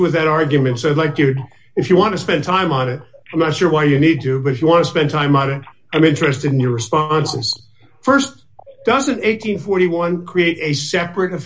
with that argument so i'd like you if you want to spend time on it i'm not sure why you need to but if you want to spend time on it i'm interested in your response st doesn't eight hundred and forty one create a separate